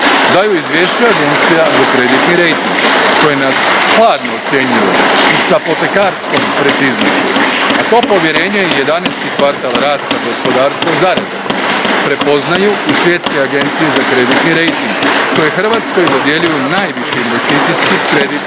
daju izvješća agencija za kreditni rejting, koje nas hladno ocjenjuju i s apotekarskom preciznošću, a to povjerenje i 11. kvartal rasta gospodarstva zaredom prepoznaju i svjetske agencije za kreditni rejting, koje Hrvatskoj dodjeljuju najviši investicijski kreditni rejting